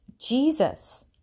Jesus